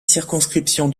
circonscription